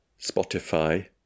Spotify